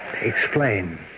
explain